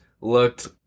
looked